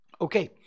okay